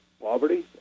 poverty